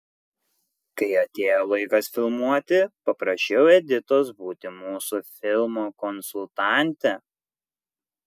kai atėjo laikas filmuoti paprašiau editos būti mūsų filmo konsultante